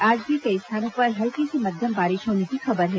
आज भी कई स्थानों पर हल्की से मध्यम बारिश होने की खबर है